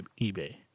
ebay